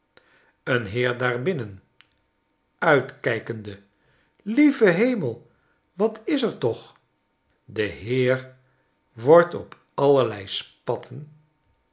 een heer daarbinnen uitkijkende lieve hem el wat is er toch de heer wordt op allerlei spatten